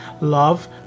love